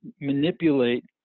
manipulate